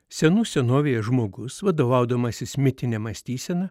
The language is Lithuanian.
senų senovėje žmogus vadovaudamasis mitine mąstysena